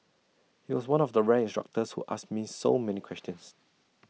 he was one of the rare instructors who asked me so many questions